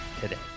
today